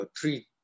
three